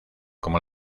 como